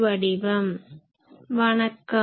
வணக்கம்